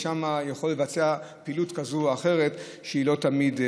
שם יכולה להתבצע פעילות כזאת או אחרת שהיא לא תמיד,